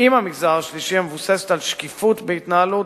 עם המגזר השלישי המבוססת על שקיפות בהתנהלות